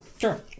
Sure